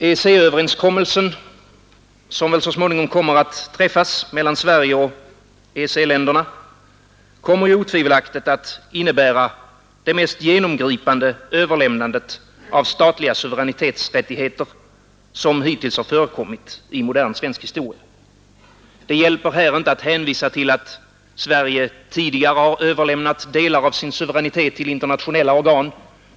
EEC-överenskommelsen, som väl så småningom träffas mellan Sverige och EEC-länderna, kommer otvivelaktigt att innebära det mest genomgripande överlämnandet av statliga suveränitetsrättigheter som har förekommit i modern svensk historia. Det hjälper här inte att hänvisa till att Sverige tidigare har överlämnat delar av sin suveränitet till internationella organ.